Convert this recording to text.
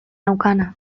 naukana